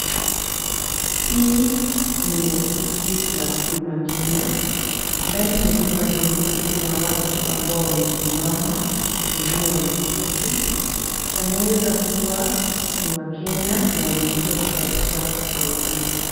Hii ni ofisi la Huduma Kenya. Ndani ya jumba hili kuna watu ambao wamesimama wengine wameketi. Wanaweza kuwa ni wakenya na wamekuja kutafuta usaidizi.